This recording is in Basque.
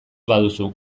baduzu